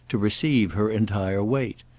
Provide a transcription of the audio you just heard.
to receive her entire weight.